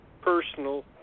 personal